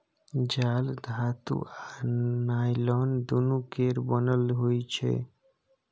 जाल धातु आ नॉयलान दुनु केर बनल होइ छै